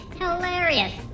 hilarious